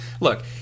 look